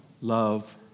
love